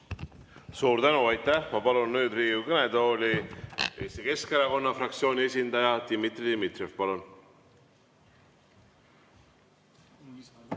Suur tänu, aitäh! Ma palun nüüd Riigikogu kõnetooli Eesti Keskerakonna fraktsiooni esindaja Dmitri Dmitrijevi. Palun!